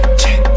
check